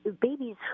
babies